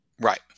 Right